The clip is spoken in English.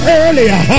earlier